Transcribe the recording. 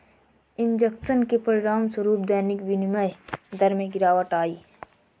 injection के परिणामस्वरूप दैनिक विनिमय दर में गिरावट आई